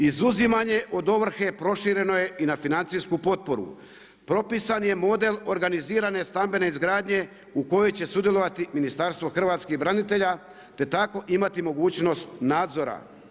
Izuzimanje od ovrhe prošireno je i na financijsku potporu, propisan je model organizirane stambene izgradnje u kojoj će sudjelovati Ministarstvo hrvatskih branitelja te tako imati mogućnost nadzora.